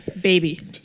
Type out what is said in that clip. Baby